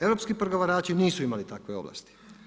Europski pregovarači nisu imali takve ovlasti.